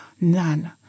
None